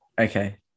Okay